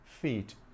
feet